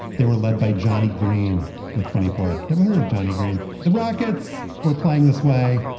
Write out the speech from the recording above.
they were led by johnny green with twenty four. never heard of johnny green. the rockets were playing this way,